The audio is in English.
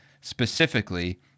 specifically